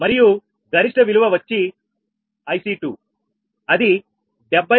మరియు మీ గరిష్ట విలువ వచ్చి 𝐼𝐶 2 అది 78